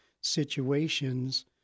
situations